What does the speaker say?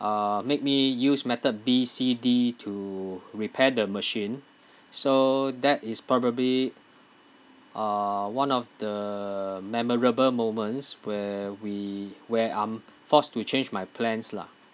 uh make me use method B C D to repair the machine so that is probably uh one of the memorable moments where we where I'm forced to change my plans lah